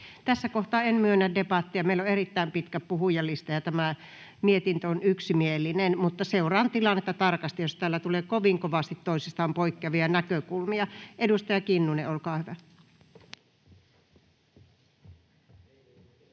Tässä kohtaa en myönnä debattia. Meillä on erittäin pitkä puhujalista, ja tämä mietintö on yksimielinen. Mutta seuraan tilannetta tarkasti, jos täällä tulee kovin kovasti toisistaan poikkeavia näkökulmia. — Edustaja Kinnunen, olkaa hyvä.